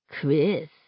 Chris